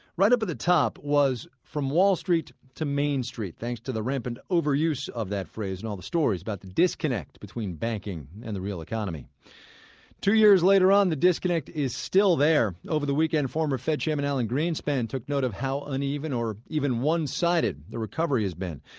right up at the top was from wall street to main street, thanks to the rampant overuse of that phrase in all the stories about the disconnect between banking and the real economy two years later on, the disconnect is still there. over the weekend, former fed chairman alan greenspan took note of how uneven or even one-sided the recovery's been.